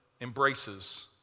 embraces